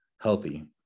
healthy